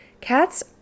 Cats